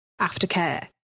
aftercare